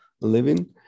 living